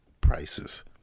prices